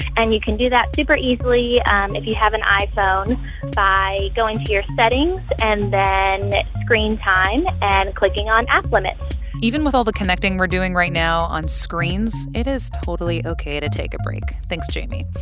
and you can do that super easily and if you have an iphone by going to your settings and then screen time and clicking on app limits even with all the connecting we're doing right now on screens, it is totally ok to take a break. thanks, jamie.